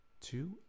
two